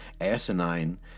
asinine